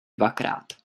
dvakrát